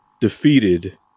defeated